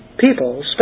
people